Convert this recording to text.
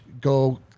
go